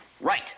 Right